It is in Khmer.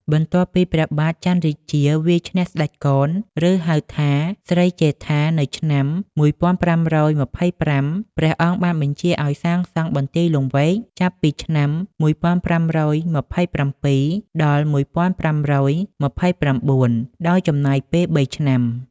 បន្ទាប់ពីព្រះបាទចន្ទរាជាវាយឈ្នះស្ដេចកន ឬ ហៅថាស្រីជេដ្ឋា នៅឆ្នាំ ១៥២៥ ព្រះអង្គបានបញ្ជាឱ្យសាងសង់ បន្ទាយលង្វែក ចាប់ពីឆ្នាំ ១៥២៧ ដល់ឆ្នាំ ១៥២៩ ដោយចំណាយពេល ៣ ឆ្នាំ។